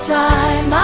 time